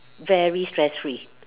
very stress free